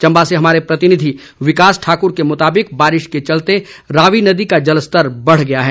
चंबा से हमारे प्रतिनिधि विकास ठाकुर के मुताबिक बारिश के चलते रावी नदी का जलस्तर बढ़ गया है